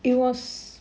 it was